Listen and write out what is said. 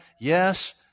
yes